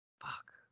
Fuck